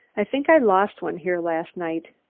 i think i lost one here last night.